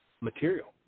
material